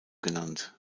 genannt